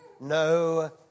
no